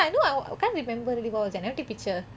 no lah I know I can't remember really what it was I never take picture